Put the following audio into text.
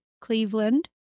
Cleveland